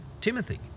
Timothy